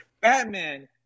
Batman